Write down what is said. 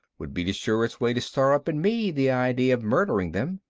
would be the surest way to stir up in me the idea of murdering them.